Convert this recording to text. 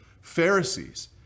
Pharisees